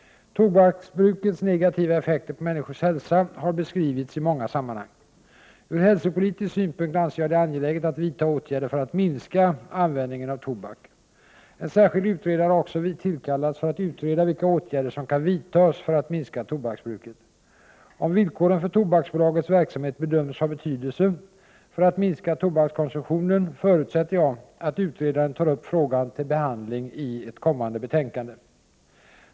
Tobaksbrukets negativa effekter på människors hälsa har beskrivits i många sammanhang. Ur hälsopolitisk synpunkt anser jag det angeläget att vidta åtgärder för att minska användningen av tobak. En särskild utredare har också tillkallats för att utreda vilka åtgärder som kan vidtas för att minska 95 tobaksbruket. Om villkoren för Tobaksbolagets verksamhet bedöms ha betydelse när det gäller att minska tobakskonsumtionen, förutsätter jag att utredaren tar upp frågan till behandling i ett kommande betänkande.